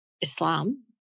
Islam